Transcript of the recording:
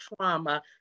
trauma